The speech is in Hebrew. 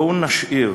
בואו נשאיר